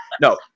No